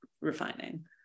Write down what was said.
refining